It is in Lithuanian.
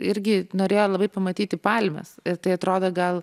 irgi norėjo labai pamatyti palmes ir tai atrodo gal